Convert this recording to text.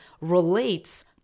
relates